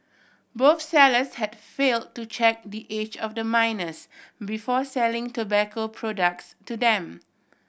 both sellers had fail to check the age of the minors before selling tobacco products to them